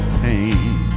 pain